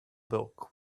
bulk